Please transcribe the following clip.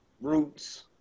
Roots